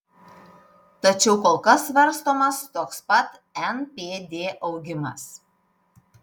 tačiau kol kas svarstomas toks pat npd augimas